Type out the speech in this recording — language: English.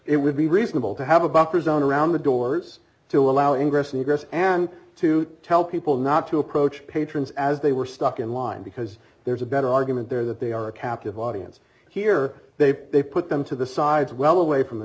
it would be reasonable to have a buffer zone around the doors to allow in grass and grass and to tell people not to approach patrons as they were stuck in line because there's a better argument there that they are a captive audience here they put them to the sides well away from the